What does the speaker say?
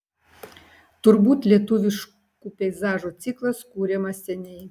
turbūt lietuviškų peizažų ciklas kuriamas seniai